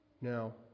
Now